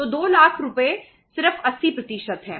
तो 2 लाख रुपये सिर्फ 80 है